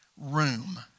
room